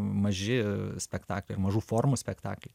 maži spektakliai ir mažų formų spektakliai